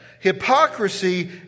Hypocrisy